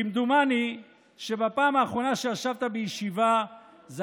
כמדומני שבפעם האחרונה שישבת בישיבה זה